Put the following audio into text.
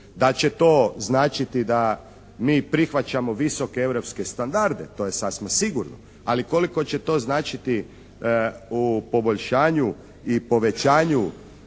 li će to značiti da mi prihvaćamo visoke europske standarde? To je sasma sigurno. Ali koliko će to značiti u poboljšanju i povećanju